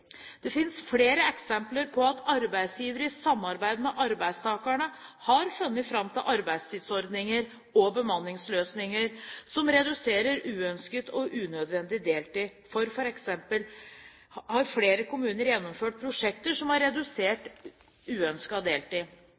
Det finnes flere eksempler på at arbeidsgivere i samarbeid med arbeidstakerne har funnet fram til arbeidstidsordninger og bemanningsløsninger som reduserer uønsket og unødvendig deltid. Flere kommuner har f.eks. gjennomført prosjekter som har redusert uønsket deltid.